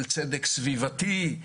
של צדק סביבתי,